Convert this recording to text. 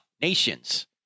Nations